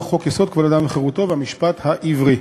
חוק-יסוד: כבוד האדם וחירותו והמשפט העברי.